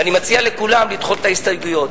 ואני מציע לכולם לדחות את ההסתייגויות,